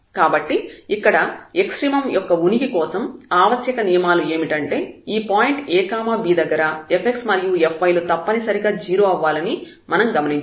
కాబట్టి ఇక్కడ ఎక్సట్రీమమ్ యొక్క ఉనికి కోసం ఆవశ్యక నియమాలు ఏమిటంటే ఈ పాయింట్ a b దగ్గర fx మరియు fy లు తప్పనిసరిగా 0 అవ్వాలని మనం గమనించాము